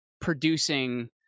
producing